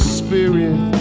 spirit